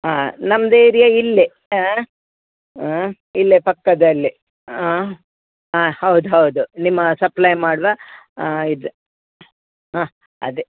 ಹಾಂ ನಮ್ಮದು ಏರಿಯಾ ಇಲ್ಲೇ ಹಾಂ ಹಾಂ ಇಲ್ಲೇ ಪಕ್ಕದಲ್ಲೆ ಹಾಂ ಹಾಂ ಹೌದು ಹೌದು ನಿಮ್ಮ ಸಪ್ಲೈ ಮಾಡಲಾ ಇದು ಹಾಂ ಅದೆ